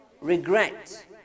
regret